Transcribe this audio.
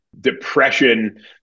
depression